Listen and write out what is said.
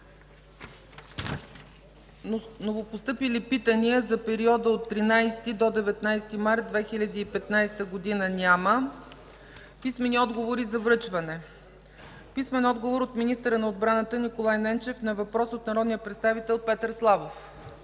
Новопостъпили питания за периода 13-19 март 2015 г. няма. Писмени отговори за връчване: - от министъра на отбраната Николай Ненчев на въпрос от народния представител Петър Славов;